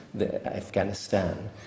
Afghanistan